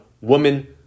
woman